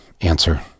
answer